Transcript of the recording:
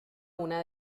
una